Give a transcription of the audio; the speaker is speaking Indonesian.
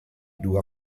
dua